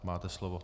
Máte slovo.